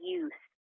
use